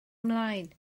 ymlaen